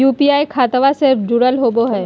UPI खतबा से जुरल होवे हय?